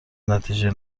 نتیجه